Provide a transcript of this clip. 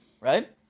right